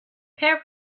pair